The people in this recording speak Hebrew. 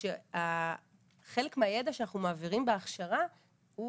שהחלק מהידע שאנחנו מעבירים בהכשרה הוא